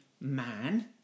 man